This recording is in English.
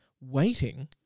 waiting